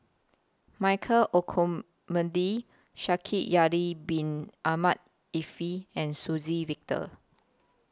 Michael Olcomendy Shaikh Yahya Bin Ahmed Afifi and Suzann Victor